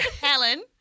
Helen